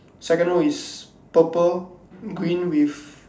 second row is purple green with